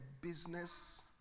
business